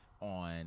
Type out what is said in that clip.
on